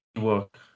work